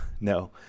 No